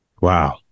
Wow